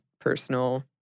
personal